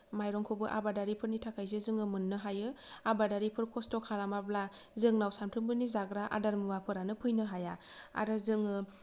माइरंखौबो आबादारिफोरनि थाखायसो जोङो मोननो हायो आबादारिफोर खस्त' खालामाब्ला जोंनाव सानफ्रोमबोनि जाग्रा आदार मुवाफोरानो फैनो हाया आरो जोङो